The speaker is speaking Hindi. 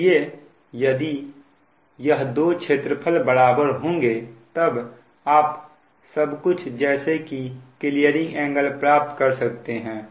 इसलिए यदि यह दो क्षेत्रफल बराबर होंगे तब आप सब कुछ जैसे कि क्लीयरिंग एंगल प्राप्त कर सकते हैं